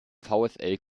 vfl